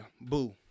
boo